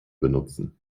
benutzen